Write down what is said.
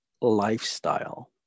lifestyle